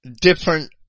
different